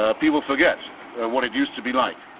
ah people forget what it used to be like,